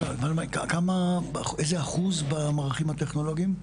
כמה אחוזים במערכים הטכנולוגיים?